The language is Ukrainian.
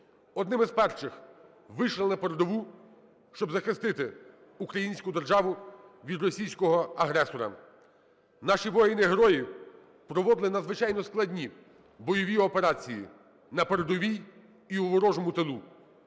одними з першихвийшли на передову, щоб захистити українську державу від російського агресора. Наші воїни-герої проводили надзвичайно складні бойові операції на передовій і у ворожому тилу.